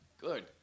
Good